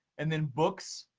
and then books,